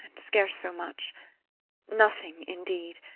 scarce so much nothing, indeed.